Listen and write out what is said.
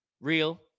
Real